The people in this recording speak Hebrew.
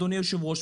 אדוני היושב-ראש,